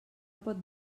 pot